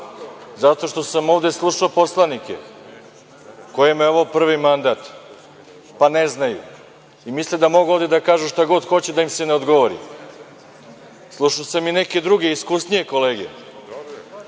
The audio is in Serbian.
zato što sam ovde slušao poslanike kojima je ovo prvi mandat pa ne znaju i misle da mogu da kažu šta god hoće i da im se ne odgovori. Slušao sam i neke druge iskusnije kolege